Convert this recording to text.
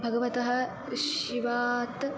भगवतः श् शिवात्